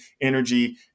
energy